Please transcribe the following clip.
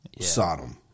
Sodom